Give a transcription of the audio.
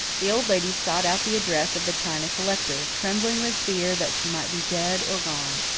the old lady sought out the address of the china collector, trembling with fear that she might be dead or gone.